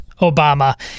Obama